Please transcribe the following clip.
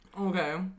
Okay